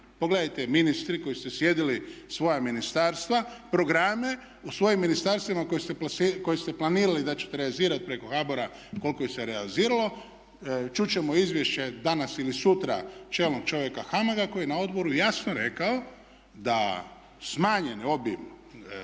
Pogledajte ministri koji ste sjedili svoja ministarstva, programe u svojim ministarstvima koje ste planirali da ćete realizirati preko HBOR-a koliko ih se realiziralo? Čut ćemo izvješće danas ili sutra čelnog čovjeka HAMAG-a koji je na odboru jasno rekao da smanjen obim